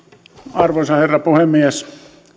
arvoisa herra puhemies